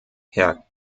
herr